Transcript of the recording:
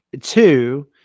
two